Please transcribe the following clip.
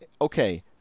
okay